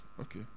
okay